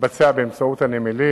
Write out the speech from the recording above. מתבצעים באמצעות הנמלים.